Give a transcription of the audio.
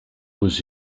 was